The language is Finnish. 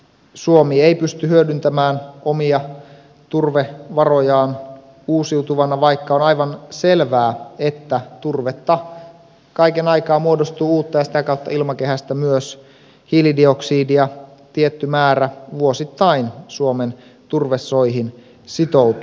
suomi ei pysty hyödyntämään omia turvevarojaan uusiutuvana vaikka on aivan selvää että turvetta kaiken aikaa muodostuu uutta ja sitä kautta ilmakehästä myös hiilidioksidia tietty määrä vuosittain suomen turvesoihin sitoutuu